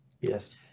Yes